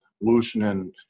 loosening